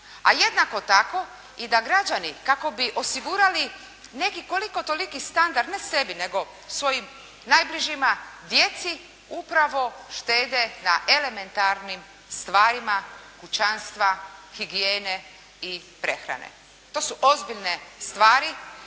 a jednako tako i da građani kako bi osigurali neki koliko-toliki standard ne sebi nego svojim najbližima, djeci, upravo štede na elementarnim stvarima kućanstva, higijene i prehrane. To su ozbiljne stvari